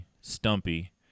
Stumpy